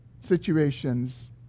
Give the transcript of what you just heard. situations